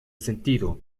sentido